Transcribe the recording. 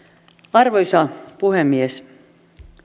arvoisa puhemies